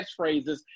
catchphrases